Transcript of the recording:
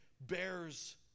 bears